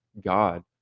God